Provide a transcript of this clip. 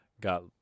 got